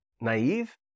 naive